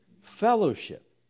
Fellowship